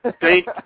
Thank